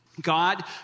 God